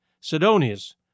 Sidonius